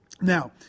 Now